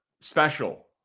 special